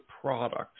product